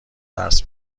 درس